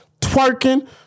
twerking